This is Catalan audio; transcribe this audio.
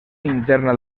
interna